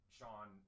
Sean